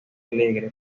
alegre